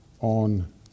on